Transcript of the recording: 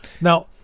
Now